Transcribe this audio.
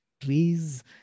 trees